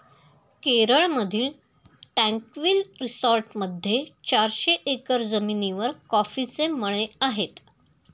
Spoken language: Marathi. केरळमधील ट्रँक्विल रिसॉर्टमध्ये चारशे एकर जमिनीवर कॉफीचे मळे आहेत